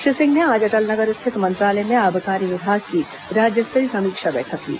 श्री सिंह ने आज अटल नगर स्थित मंत्रालय में आबाकारी विभाग की राज्य स्तरीय समीक्षा बैठक ली